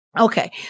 Okay